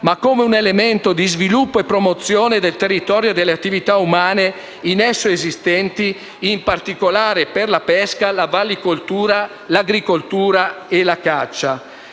ma come elemento di sviluppo e promozione del territorio e delle attività umane in esso esistenti, in particolare la pesca, la vallicoltura, l'agricoltura e la caccia.